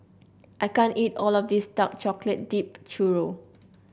I can't eat all of this Dark Chocolate Dipped Churro